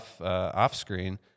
off-screen